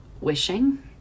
wishing